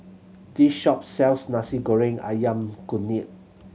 this shop sells Nasi Goreng Ayam Kunyit